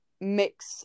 mix